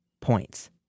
points